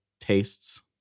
tastes